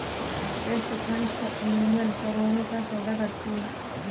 trust funds अमूमन करोड़ों का सौदा करती हैं